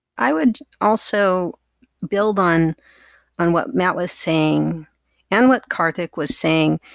i would also build on on what matt was saying and what karthik was saying.